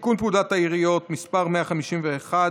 לתיקון פקודת העיריות (מס' 151),